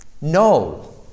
No